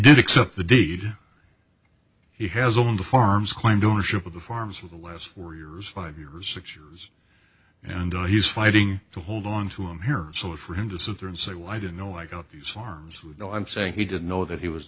didn't accept the deed he has on the farms claimed ownership of the farms for the last four years five years six years and then he's fighting to hold on to him here so for him to sit there and say well i didn't know i got these farms with no i'm saying he didn't know that he was